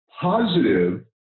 positive